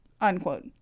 unquote